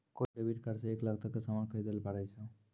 कोय debit card से एक लाख तक के सामान खरीदैल पारै छो